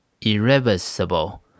irreversible